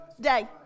day